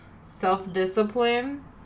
self-discipline